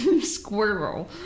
Squirrel